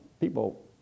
people